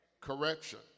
correction